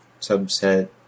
subset